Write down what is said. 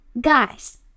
guys